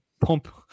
pump